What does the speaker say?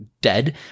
dead